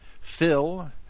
Phil